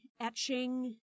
etching